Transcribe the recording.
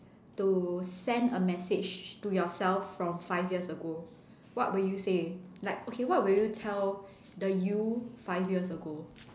to send a message to yourself from five years ago what will you say like okay what will you tell the you five years ago